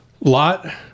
Lot